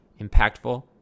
impactful